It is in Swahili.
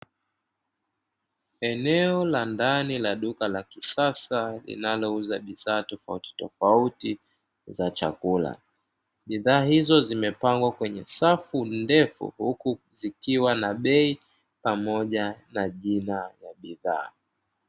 Eneo la ndani la duka la kisasa linalouza bidhaa tofautitofauti za chakula, bidhaa hizo zimepangwa kwenye safu ndefu huku zikiwa na bei pamoja na jina la bidhaa.